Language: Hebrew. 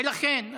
ולכן,